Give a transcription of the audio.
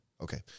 Okay